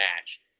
match